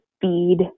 feed